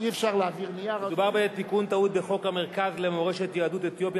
מדובר בתיקון טעות בחוק המרכז למורשת יהדות אתיופיה,